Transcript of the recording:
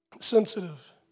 sensitive